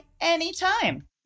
anytime